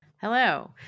Hello